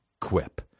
Quip